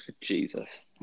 Jesus